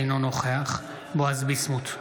אינו נוכח בועז ביסמוט,